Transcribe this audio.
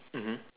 mmhmm